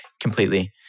completely